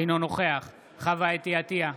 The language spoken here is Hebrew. אינו נוכח חוה אתי עטייה,